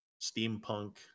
steampunk